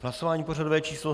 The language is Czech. Hlasování pořadové číslo 45.